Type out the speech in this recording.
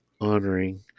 honoring